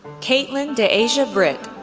caitlyn de'aja britt,